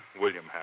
William